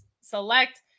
Select